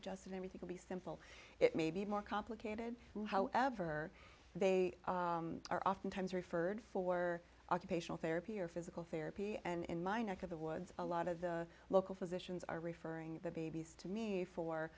adjusted everything will be simple it may be more complicated however they are oftentimes referred for occupational therapy or physical therapy and in my neck of the woods a lot of the local physicians are referring the babies to me for